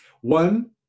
One